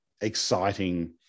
exciting